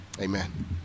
amen